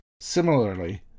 Similarly